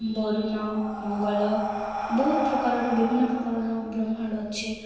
ବରୁଣ ମଙ୍ଗଳ ବହୁତ ପ୍ରକାରର ବିଭିନ୍ନ ପ୍ରକାରର ବ୍ରହ୍ମାଣ୍ଡ ଅଛି